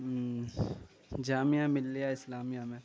جامعہ ملّیہ اسلامیہ میں